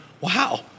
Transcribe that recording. wow